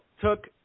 took